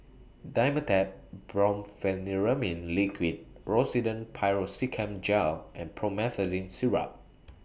Dimetapp Brompheniramine Liquid Rosiden Piroxicam Gel and Promethazine Syrup